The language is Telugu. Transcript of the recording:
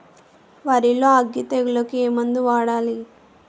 వరిలో అగ్గి తెగులకి ఏ మందు వాడాలి?